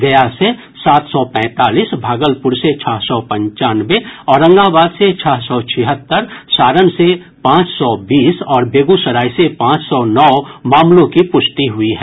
गया से सात सौ पैंतालीस भागलपुर से छह सौ पंचानवे औरंगाबाद से छह सौ छिहत्तर सारण से पांच सौ बीस और बेगूसराय से पांच सौ नौ मामलों की पुष्टि हुई है